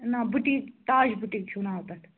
نہَ boutique Taj boutique چھُو ناو تتھ